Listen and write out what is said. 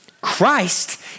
Christ